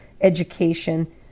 education